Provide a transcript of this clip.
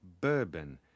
bourbon